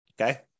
Okay